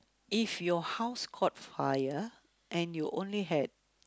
if your house caught fire and you only had